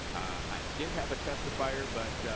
i did have a testifier but